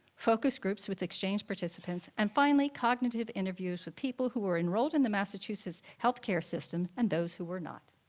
focus groups with exchange participants, and finally, cognitive interviews with people who were enrolled in the massachusetts healthcare system and those who were not.